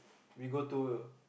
we go tour